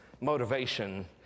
motivation